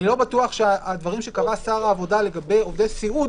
אני לא בטוח שהדברים שקבע שר העבודה לגבי עובדי סיעוד